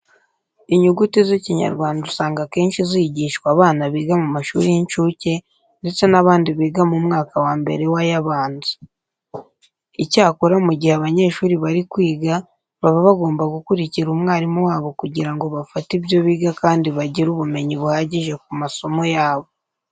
Inyuguti z'Ikinyarwanda usanga akenshi zigishwa abana biga mu mashuri y'incuke ndetse n'abandi biga mu mwaka wa mbere w'ay'abanza. Icyakora mu gihe abanyeshuri bari kwiga baba bagomba gukurikira umwarimu wabo kugira ngo bafate ibyo biga kandi bagire ubumenyi buhagije ku masomo yabo.